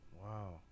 Wow